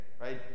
Right